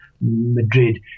Madrid